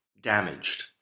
damaged